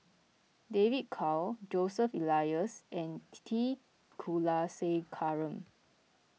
David Kwo Joseph Elias and T Kulasekaram